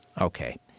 Okay